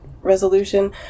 resolution